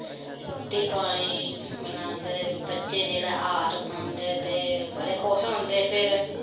रुट्टी पानी बनांदे ते बच्चे जिसलै हार पांदे ते बड़े खुश होंदे फिर